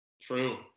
True